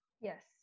yes